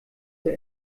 der